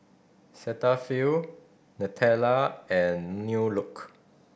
Cetaphil Nutella and New Look